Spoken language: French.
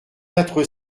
quatre